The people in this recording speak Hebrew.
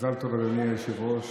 מזל טוב ליום הולדת, היושב-ראש.